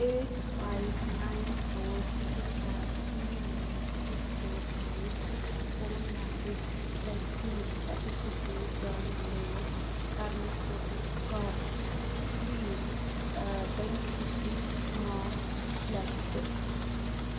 eight five nine four six one three nine six four five phone نمبرٕچ vaccine certificate download کرنہٕ خٲطرٕ کر please a beneficiary now select